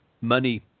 Money